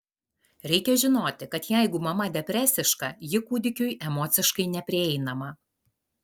reikia žinoti kad jeigu mama depresiška ji kūdikiui emociškai neprieinama